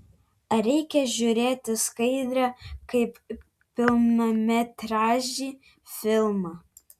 ar reikia žiūrėti skaidrę kaip pilnametražį filmą